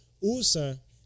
usa